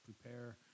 prepare